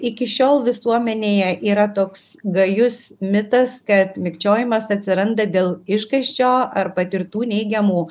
iki šiol visuomenėje yra toks gajus mitas kad mikčiojimas atsiranda dėl išgąsčio ar patirtų neigiamų